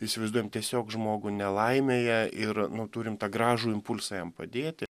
įsivaizduojam tiesiog žmogų nelaimėje ir nu turim tą gražų impulsą jam padėti